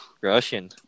Russian